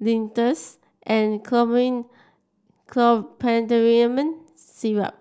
Linctus and Chlormine Chlorpheniramine Syrup